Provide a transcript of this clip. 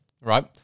Right